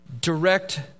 Direct